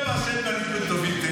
מי אמר שאין בליכוד טובים?